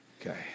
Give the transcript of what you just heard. Okay